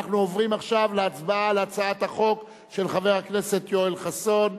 אנחנו עוברים עכשיו להצבעה על הצעת החוק של חבר הכנסת יואל חסון,